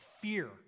Fear